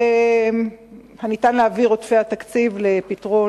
2. האם ניתן להעביר את עודפי התקציב לפתרון